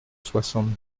soixante